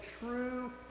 true